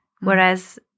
Whereas